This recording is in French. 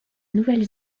nouvelle